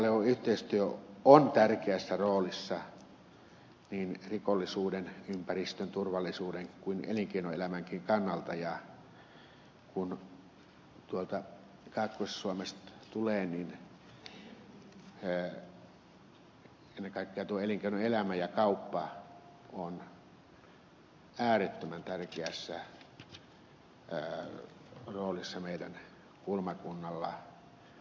tuo lähialueyhteistyö on tärkeässä roolissa niin rikollisuuden ympäristön turvallisuuden kuin elinkeinoelämänkin kannalta ja kun tuolta kaakkois suomesta tulee niin ennen kaikkea tuo elinkeinoelämä ja kauppa on äärettömän tärkeässä roolissa meidän kulmakunnalla